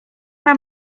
mam